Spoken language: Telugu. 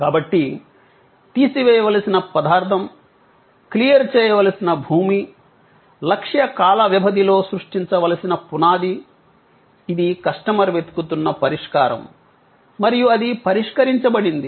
కాబట్టి తీసివేయవలసిన పదార్థం క్లియర్ చేయవలసిన భూమి లక్ష్య కాల వ్యవధిలో సృష్టించవలసిన పునాది ఇది కస్టమర్ వెతుకుతున్న పరిష్కారం మరియు అది పరిష్కరించబడింది